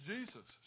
Jesus